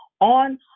on